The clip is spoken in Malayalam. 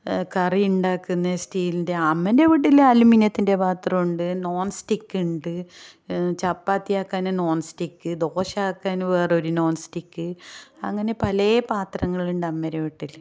കറിയുണ്ടാക്കുന്ന സ്റ്റീലിൻ്റെ അമ്മേരെ വീട്ടിൽ അലുമിനിയത്തിൻ്റെ പാത്രമുണ്ട് നോൺ സ്റ്റിക്കുണ്ട് ചപ്പാത്തിയാക്കാൻ നോൺസ്റ്റിക്ക് ദോശയാക്കാൻ വേറെയൊരു നോൺസ്റ്റിക്ക് അങ്ങനെ പല പാത്രങ്ങളുണ്ട് അമ്മേരെ വീട്ടിൽ